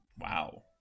Wow